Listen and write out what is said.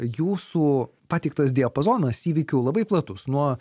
jūsų pateiktas diapazonas įvykių labai platus nuo